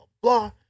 blah